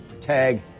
tag